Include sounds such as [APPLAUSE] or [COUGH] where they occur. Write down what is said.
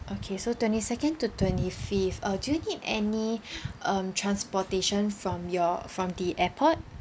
okay so twenty second to twenty fifth uh do you need any [BREATH] um transportation from your from the airport